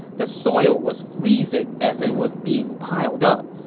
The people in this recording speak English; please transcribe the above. the soil was freezing as it was being piled up,